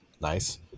nice